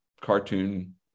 cartoon